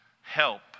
help